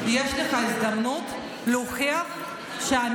איפה אבידר?